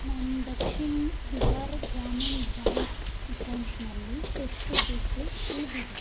ನನ್ನ ದಕ್ಷಿಣ್ ಬಿಹಾರ್ ಗ್ರಾಮೀಣ್ ಬ್ಯಾಂಕ್ ಅಕೌಂಟ್ನಲ್ಲಿ ಎಷ್ಟು ದುಡ್ಡು ಉಳಿದಿದೆ